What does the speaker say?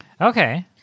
Okay